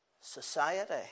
society